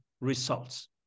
results